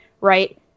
Right